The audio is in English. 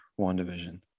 WandaVision